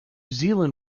zealand